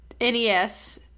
NES